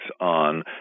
on